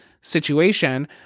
situation